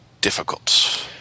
difficult